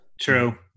True